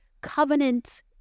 covenant